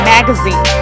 Magazine